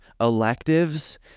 electives